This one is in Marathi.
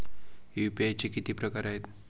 यू.पी.आय चे किती प्रकार आहेत?